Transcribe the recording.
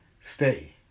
stay